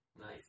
nice